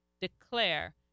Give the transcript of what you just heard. declare